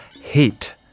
hate